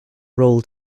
roll